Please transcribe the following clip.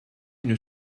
une